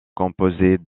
composée